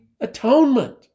atonement